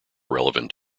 relevant